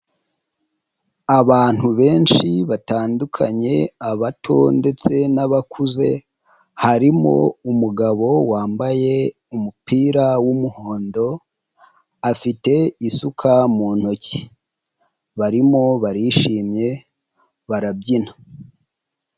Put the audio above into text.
Abantu benshi batandukanye abato ndetse n'abakuze harimo umugabo wambaye umupira w'umuhondo, afite isuka mu ntoki barimo barishimye barabyina.